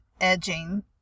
edging